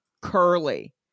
curly